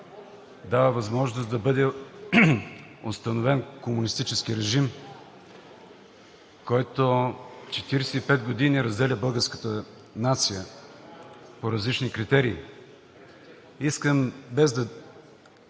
дава възможност да бъде установен комунистически режим, който 45 години разделя българската нация по различни критерии. Искам, без да